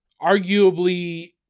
arguably